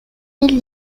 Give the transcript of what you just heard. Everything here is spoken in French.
mille